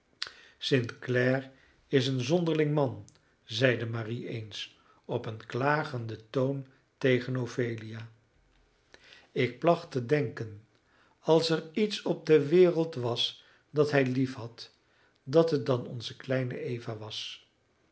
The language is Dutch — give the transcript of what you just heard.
clare is een zonderling man zeide marie eens op een klagenden toon tegen ophelia ik placht te denken als er iets op de wereld was dat hij liefhad dat het dan onze kleine eva was